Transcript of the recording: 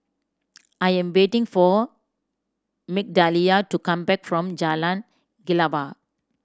I am waiting for Migdalia to come back from Jalan Kelawar